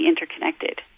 interconnected